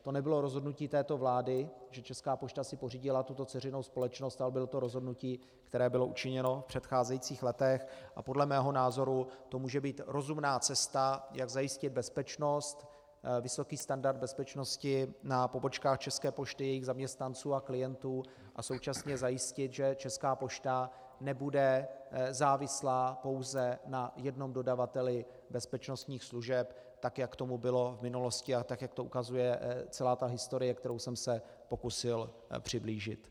To nebylo rozhodnutí této vlády, že si Česká pošta pořídila tuto dceřinou společnost, ale bylo to rozhodnutí, které bylo učiněno v předcházejících letech, a podle mého názoru to může být rozumná cesta, jak zajistit bezpečnost, vysoký standard bezpečnosti na pobočkách České pošty, jejich zaměstnanců a klientů a současně zajistit, že Česká pošta nebude závislá pouze na jednom dodavateli bezpečnostních služeb, tak jak tomu bylo v minulosti a tak jak to ukazuje celá ta historie, kterou jsem se pokusil přiblížit.